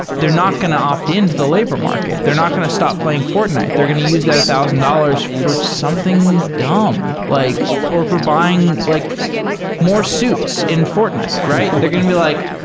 they're not going to opt in to the labor market. they're not going to stop playing fortnite. they're going to use their thousand dollars for something dumb like or for buying like more suits in fortnite, right? they're going to be like,